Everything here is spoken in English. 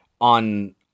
on